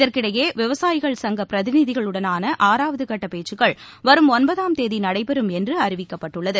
இதற்கிடையே விவசாயிகள் சங்க பிரதிநிதிகளுடனான ஆறாவது கட்ட பேச்சுக்கள் வரும் ஒன்பதாம் தேதி நடைபெறும் என்று அறிவிக்கப்பட்டுள்ளது